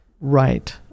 right